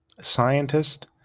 scientist